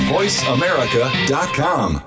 VoiceAmerica.com